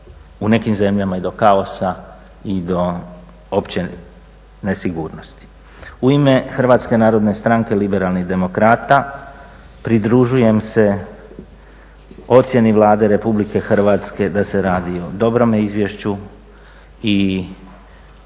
u nekim zemljama i do kaosa i do opće nesigurnosti. U ime HNS-a liberalnih demokrata pridružujem se ocjeni Vlade RH da se radi o dobrome izvješću